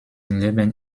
leben